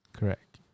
Correct